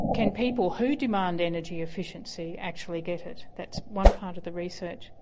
can people who demand energy efficiency actually get it. that's one part of the research.